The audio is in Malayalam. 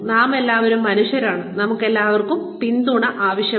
നാമെല്ലാവരും മനുഷ്യരാണ് നമുക്കെല്ലാവർക്കും പിന്തുണ ആവശ്യമാണ്